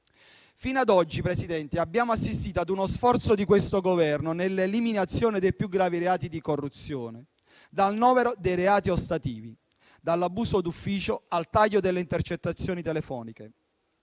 Presidente, abbiamo assistito a uno sforzo di questo governo nell'eliminazione dei più gravi reati di corruzione dal novero dei reati ostativi, dall'abuso d'ufficio al taglio delle intercettazioni telefoniche;